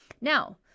Now